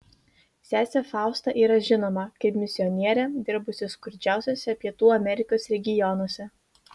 sesė fausta yra žinoma kaip misionierė dirbusi skurdžiausiuose pietų amerikos regionuose